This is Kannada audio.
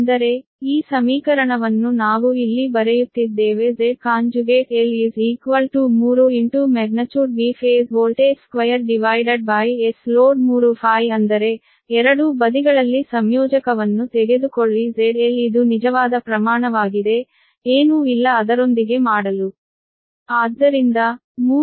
ಅಂದರೆ ಈ ಸಮೀಕರಣವನ್ನು ನಾವು ಇಲ್ಲಿ ಬರೆಯುತ್ತಿದ್ದೇವೆ ZL 3 Vphasevoltage 2Sload3∅ ಅಂದರೆ ಎರಡೂ ಬದಿಗಳಲ್ಲಿ ಸಂಯೋಜಕವನ್ನು ತೆಗೆದುಕೊಳ್ಳಿ ZL ಇದು ನಿಜವಾದ ಪ್ರಮಾಣವಾಗಿದೆ ಏನೂ ಇಲ್ಲ ಅದರೊಂದಿಗೆ ಮಾಡಲು